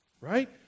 right